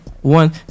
One